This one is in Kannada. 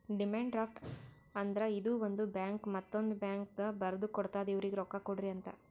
ಡಿಮ್ಯಾನ್ಡ್ ಡ್ರಾಫ್ಟ್ ಅಂದ್ರ ಇದು ಒಂದು ಬ್ಯಾಂಕ್ ಮತ್ತೊಂದ್ ಬ್ಯಾಂಕ್ಗ ಬರ್ದು ಕೊಡ್ತಾದ್ ಇವ್ರಿಗ್ ರೊಕ್ಕಾ ಕೊಡ್ರಿ ಅಂತ್